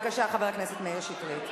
הצעת חבר הכנסת מאיר שטרית.